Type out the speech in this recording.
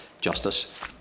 Justice